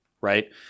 right